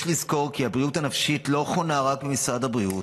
יש לזכור כי הבריאות הנפשית לא חונה רק במשרד הבריאות.